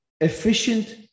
efficient